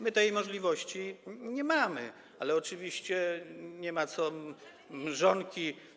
My tej możliwości nie mamy, ale oczywiście nie ma co mrzonki.